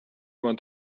want